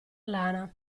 lana